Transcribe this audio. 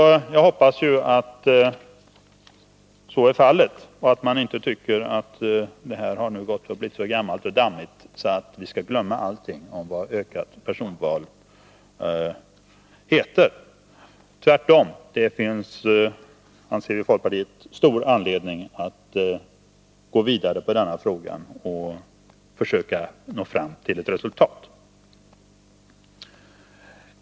Jag hoppas att så är fallet, och att man inte tycker att det här blivit så gammalt och dammigt att vi skall glömma allt vad personval heter. Tvärtom, anser folkpartiet, finns det stor anledning att gå vidare med denna fråga och försöka att nå fram till ett resultat.